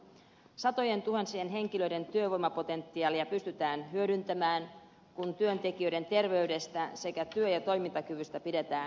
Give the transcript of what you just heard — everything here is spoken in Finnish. satojen tuhansien henkilöiden työvoimapotentiaalia pystytään hyödyntämään kun työntekijöiden terveydestä sekä työ ja toimintakyvystä pidetään huolta